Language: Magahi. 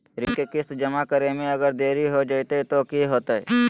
ऋण के किस्त जमा करे में अगर देरी हो जैतै तो कि होतैय?